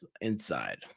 inside